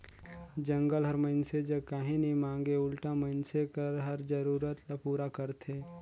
जंगल हर मइनसे जग काही नी मांगे उल्टा मइनसे कर हर जरूरत ल पूरा करथे